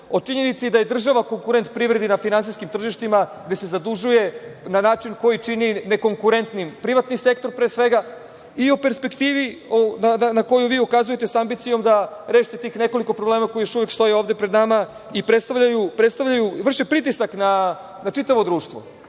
o činjenici da je država konkurent privredi na finansijskim tržištima, gde se zadužuje na način koji je čini nekonkurentnim, privatni sektor pre svega, i o perspektivi na koju vi ukazujete sa ambicijom da rešite tih nekoliko problema koji još uvek stoje ovde pred nama i predstavljaju i vrše pritisak na čitavo društvo.